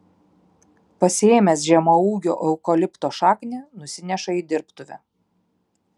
pasiėmęs žemaūgio eukalipto šaknį nusineša į dirbtuvę